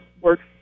works